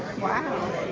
Wow